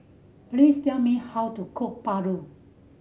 please tell me how to cook paru